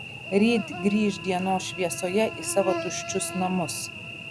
ryt grįš dienos šviesoje į savo tuščius namus